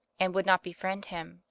and would not befriend him,